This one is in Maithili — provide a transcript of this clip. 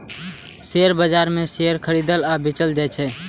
शेयर बाजार मे शेयर खरीदल आ बेचल जाइ छै